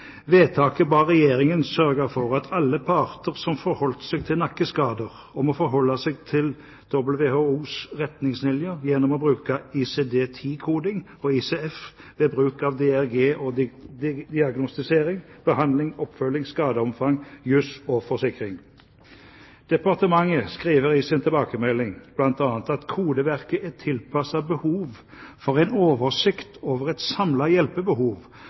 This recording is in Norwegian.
ba Regjeringen sørge for at alle parter som forholder seg til nakkeskader, må forholde seg til WHOs retningslinjer gjennom å bruke ICD-10-koding og ICF ved bruk av DRG og diagnostisering, behandling, oppfølging, skadeomfang, jus og forsikring. Departementet skriver i sin tilbakemelding bl.a. at kodeverket er tilpasset behov for en oversikt over et samlet hjelpebehov,